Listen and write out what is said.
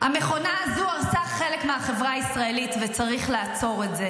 המכונה הזו הרסה חלק מהחברה הישראלית וצריך לעצור את זה,